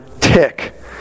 tick